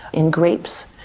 in grapes.